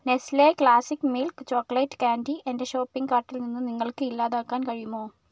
Nestlé classic milk chocolate candy എന്റെ shopping കാർട്ടിൽ നിന്ന് നിങ്ങൾക്ക് ഇല്ലാതാക്കാൻ കഴിയുമോ